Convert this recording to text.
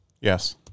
Yes